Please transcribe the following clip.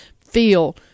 feel